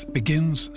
begins